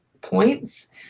points